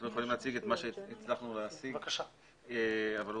אנחנו יכולים להציג את מה שהצלחנו להשיג אבל אני